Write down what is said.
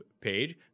page